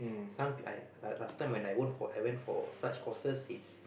some like like last time when I went for I went for such courses is